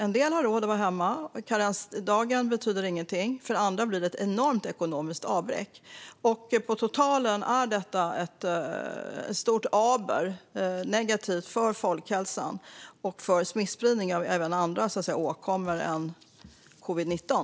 En del har råd att vara hemma. Karensdagen betyder ingenting för dem. För andra blir det ett enormt ekonomiskt avbräck. På totalen är detta ett stort aber, något negativt, för folkhälsan och för smittspridningen av även andra åkommor än covid-19.